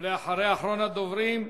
ואחריה, אחרון הדוברים,